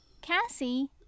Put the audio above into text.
Cassie